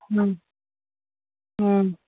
ꯎꯝ ꯎꯝ